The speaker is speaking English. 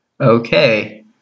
Okay